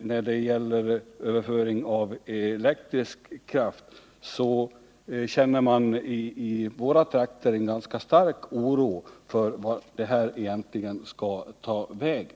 när det gäller en överföring av elektrisk kraft, så känner man i våra trakter en ganska stark oro för vart detta egentligen skall ta vägen.